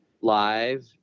live